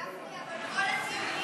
גפני, אבל כל הטיעונים